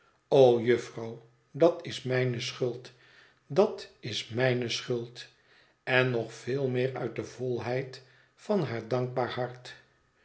o jufvrouw dat is mijne schuld dat is mijne schuld en nog veel meer uit de volheid van haar dankbaar hart